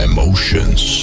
Emotions